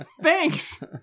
thanks